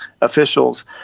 officials